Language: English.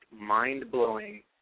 mind-blowing